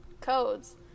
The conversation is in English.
codes